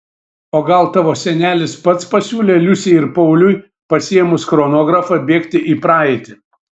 o gal tavo senelis pats pasiūlė liusei ir pauliui pasiėmus chronografą bėgti į praeitį